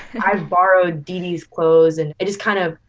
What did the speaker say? i borrowed dede's clothes and it is kind of,